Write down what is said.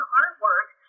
artwork